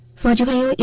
for japan